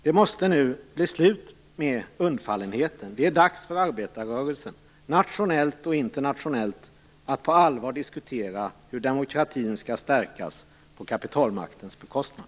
Det måste nu bli ett slut på undfallenheten. Det är nu dags för arbetarrörelsen nationellt och internationellt att på allvar diskutera hur demokratin skall stärkas på kapitalmarknadens bekostnad.